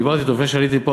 דיברתי אתו לפני שעליתי לפה,